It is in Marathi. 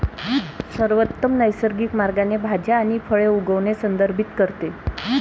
सर्वोत्तम नैसर्गिक मार्गाने भाज्या आणि फळे उगवणे संदर्भित करते